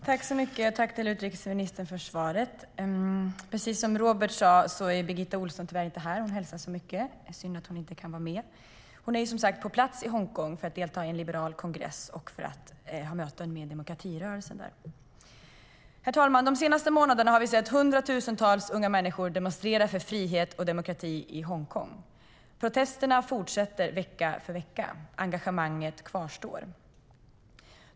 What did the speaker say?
Herr talman! Jag tackar utrikesministern för svaret. Precis som Robert Hannah sade är Birgitta Ohlsson tyvärr inte här. Det är synd att hon inte kan vara med, men hon hälsar så mycket. Hon är som sagt på plats i Hongkong för att delta i en liberal kongress och för att ha möten med demokratirörelsen där. Herr talman! De senaste månaderna har vi sett hundratusentals unga människor demonstrera för frihet och demokrati i Hongkong. Protesterna fortsätter vecka efter vecka, och engagemanget kvarstår.